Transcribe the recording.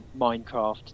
Minecraft